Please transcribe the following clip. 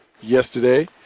yesterday